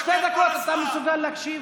שתי דקות אתה מסוגל להקשיב?